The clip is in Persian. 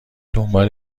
دنبال